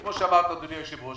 כמו שאמר אדוני היושב-ראש,